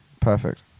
Perfect